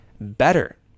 better